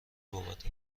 بابت